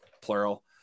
plural